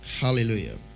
Hallelujah